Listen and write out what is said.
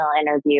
interview